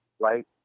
right